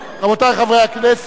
רבותי חברי הכנסת,